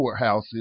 courthouses